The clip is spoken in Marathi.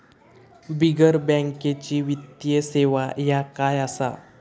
बिगर बँकेची वित्तीय सेवा ह्या काय असा?